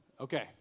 Okay